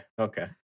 okay